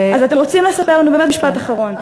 משפט אחרון.